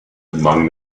among